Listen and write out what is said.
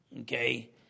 okay